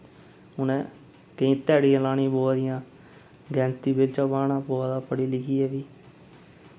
उ'नें ई केईं ध्याड़ियां लानी पोआ दियां गैंती बेलचा बाह्ना पवा दा पढ़ी लिखियै बी